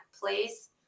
place